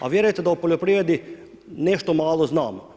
A vjerujte da u poljoprivredi nešto malo znam.